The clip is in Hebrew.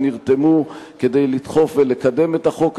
שנרתמו כדי לדחוף ולקדם את החוק הזה,